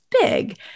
big